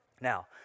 Now